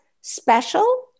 special